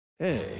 Hey